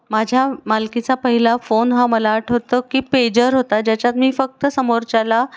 माझ्या मालकीचा पहिला फोन हा मला आठवतं की पेजर होता ज्याच्यात मी फक्त समोरच्याला